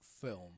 film